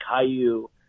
Caillou